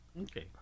Okay